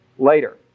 later